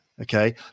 okay